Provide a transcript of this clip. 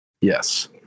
yes